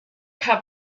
had